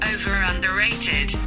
Over-underrated